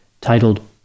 titled